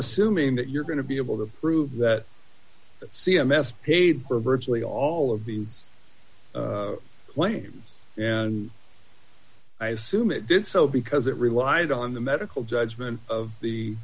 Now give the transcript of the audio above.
assuming that you're going to be able to prove that c m s paid for virtually all of these claims i assume it did so because it relies on the medical judgment of the